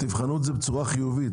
תבחנו את זה בצורה חיובית.